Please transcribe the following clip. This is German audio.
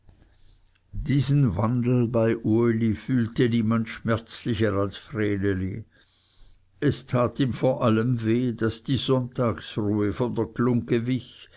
diesen wandel bei uli fühlte niemand schmerzlicher als vreneli es tat ihm vor allem weh daß die sonntagsruhe von der glungge wich